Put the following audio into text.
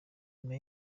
nyuma